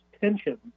tension